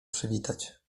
przywitać